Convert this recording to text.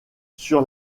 sur